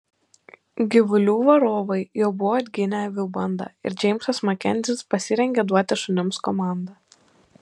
gyvulių varovai jau buvo atginę avių bandą ir džeimsas makenzis pasirengė duoti šunims komandą